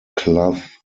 cloth